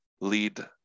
lead